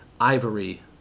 Ivory